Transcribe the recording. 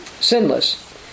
sinless